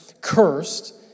Cursed